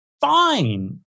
fine